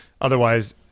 otherwise